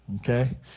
Okay